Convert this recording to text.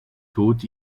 tod